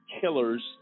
killers –